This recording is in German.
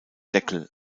deckel